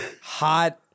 hot